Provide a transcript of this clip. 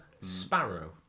sparrow